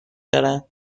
دارد